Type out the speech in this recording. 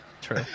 True